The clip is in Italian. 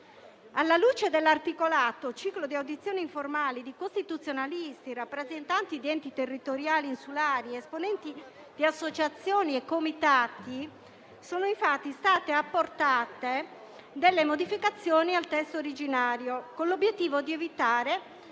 Alla luce dell'articolato ciclo di audizioni informali di costituzionalisti, rappresentanti di enti territoriali insulari, esponenti di associazioni e comitati, sono infatti state apportate modificazioni al testo originario, con l'obiettivo di evitare